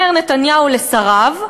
אומר נתניהו לשריו,